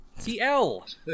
TL